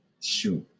shoot